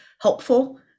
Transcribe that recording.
helpful